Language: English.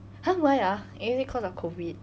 !huh! why ah is it because of COVID